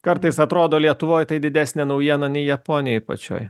kartais atrodo lietuvoj tai didesnė naujiena nei japonijoj pačioj